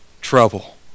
trouble